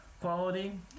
quality